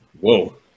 Whoa